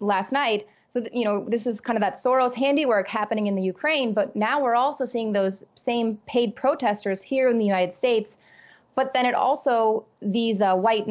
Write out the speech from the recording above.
last night so that you know this is kind about sorrells handiwork happening in the ukraine but now we're also seeing those same paid protesters here in the united states but then it also these are white